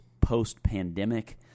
post-pandemic